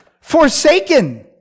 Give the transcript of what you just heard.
forsaken